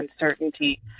uncertainty